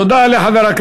תודה רבה.